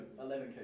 11K